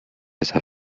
esa